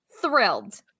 thrilled